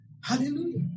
hallelujah